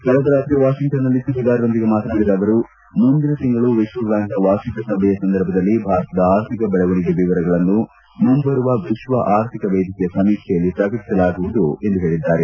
ಕಳೆದ ರಾತ್ರಿ ವಾಷಿಂಗ್ಸನ್ನಲ್ಲಿ ಸುದ್ದಿಗಾರರೊಂದಿಗೆ ಮಾತನಾಡಿದ ಅವರು ಮುಂದಿನ ತಿಂಗಳು ವಿಶ್ವ ಬ್ಹಾಂಕ್ನ ವಾರ್ಷಿಕ ಸಭೆಯ ಸಂದರ್ಭದಲ್ಲಿ ಭಾರತದ ಆರ್ಥಿಕ ದೆಳವಣಿಗೆಯ ವಿವರಗಳನ್ನು ಮುಂಬರುವ ವಿಶ್ವ ಆರ್ಥಿಕ ವೇದಿಕೆಯ ಸಮೀಕ್ಷೆಯಲ್ಲಿ ಪ್ರಕಟಿಸಲಾಗುವುದು ಎಂದು ಹೇಳಿದ್ದಾರೆ